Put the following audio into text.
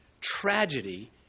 tragedy